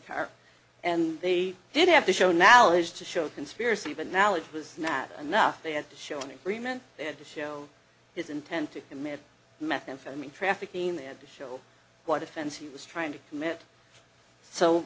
car and they did have to show naledge to show conspiracy but knowledge was not enough they had to show an agreement they had to show his intent to commit methamphetamine trafficking they had to show what offense he was trying to commit so